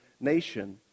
nation